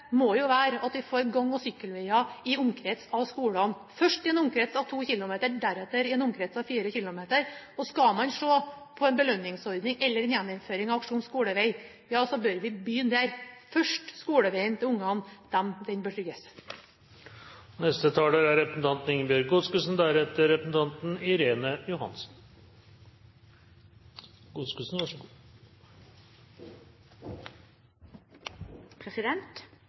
må jo være at vi får gang- og sykkelveier i en omkrets av skolene, først i en omkrets av 2 km, deretter i en omkrets av 4 km. Skal man se på en belønningsordning eller en gjeninnføring av Aksjon skolevei, ja så bør vi begynne der. Først skoleveien til ungene, den bør